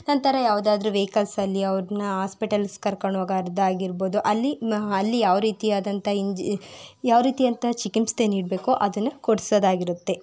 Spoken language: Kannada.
ನಂತರ ಯಾವುದಾದ್ರೂ ವೆಯ್ಕಲ್ಸ್ ಅಲ್ಲಿ ಅವ್ರನ್ನ ಹಾಸ್ಪಿಟಲ್ಸ್ ಕರ್ಕೊಂಡು ಹೋಗೋದಾಗಿರ್ಬೋದು ಅಲ್ಲಿ ಅಲ್ಲಿ ಯಾವ ರೀತಿಯಾದಂತಹ ಇನ್ಜ್ ಯಾವ ರೀತಿಯಂತಹ ಚಿಕಿತ್ಸೆ ನೀಡಬೇಕು ಅದನ್ನು ಕೊಡಿಸೋದಾಗಿರುತ್ತೆ